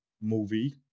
movie